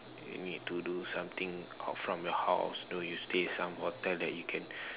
you need to do something out from your house you stay some hotel that you can